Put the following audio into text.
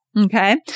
Okay